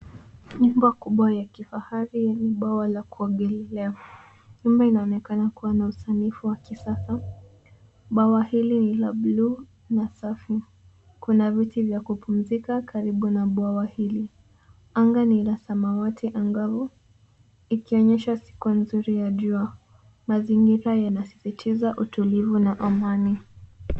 Nyumba kubwa ya kifahari yenye bwawa la kuogelelea. Nyumba inaonekana kuwa na usanifu wa kisasa. Bwawa hili lililo bluu na safi, kuna viti vya kupumzika karibu na bwawa hili. Anga ni la samawati angavu ikionyesha siku nzuri ya jua mazingira yanasisitiza utulivu na amani.